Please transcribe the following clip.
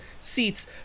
seats